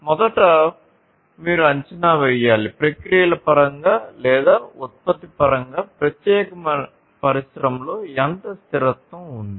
మొదట మీరు అంచనా వేయాలి ప్రక్రియల పరంగా లేదా ఉత్పత్తి పరంగా ప్రత్యేకమైన పరిశ్రమలో ఎంత స్థిరత్వం ఉంది